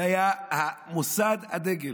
זה היה מוסד הדגל.